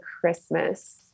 Christmas